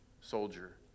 soldier